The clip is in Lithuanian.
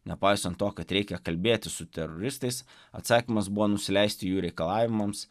nepaisant to kad reikia kalbėti su teroristais atsakymas buvo nusileisti jų reikalavimams